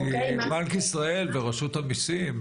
כי בנק ישראל ורשות המיסים,